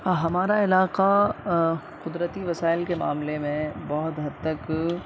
ہمارا علاقہ قدرتی وسائل کے معاملے میں بہت حد تک